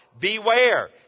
Beware